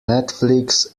netflix